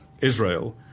Israel